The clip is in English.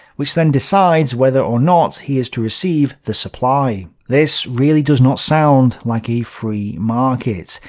which then decides whether or not he is to receive the supply. this really does not sound like a free market.